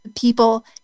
people